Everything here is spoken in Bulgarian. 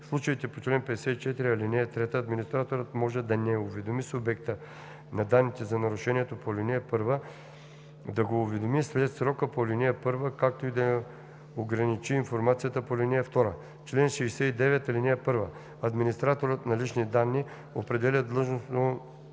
В случаите по чл. 54, ал. 3 администраторът може да не уведоми субекта на данните за нарушението по ал. 1, да го уведоми след срока по ал. 1, както и да ограничи информацията по ал. 2. Чл. 69. (1) Администраторът на лични данни определя длъжностно